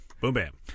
Boom-bam